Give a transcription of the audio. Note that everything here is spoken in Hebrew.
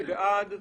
מי בעד?